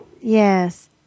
Yes